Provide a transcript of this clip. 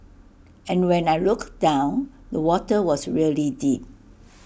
and when I looked down the water was really deep